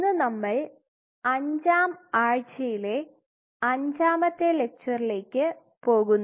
ഇന്ന് നമ്മൾ അഞ്ചാം ആഴ്ചയിലെ അഞ്ചാമത്തെ ലെക്ചറിലേക്ക് പോകുന്നു